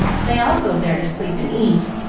they all go there to sleep and eat,